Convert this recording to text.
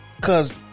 Cause